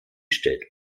stellt